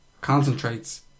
Concentrates